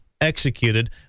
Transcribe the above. executed